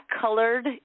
colored